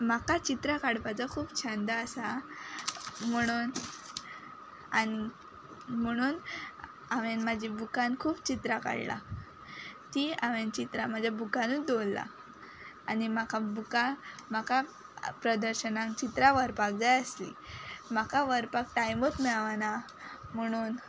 म्हाका चित्रां काडपाचो खूब छंद आसा म्हणून आनी म्हणून हांवेन म्हाजे बुकान खूब चित्रां काडला तीं हांवें चित्रां म्हज्या बुकानूत दवरल्ला आनी म्हाका बुका म्हाका प्रदर्शनांग चित्रां व्हरपाक जाय आसलीं म्हाका व्हरपाक टायमूच मेळना म्हुणून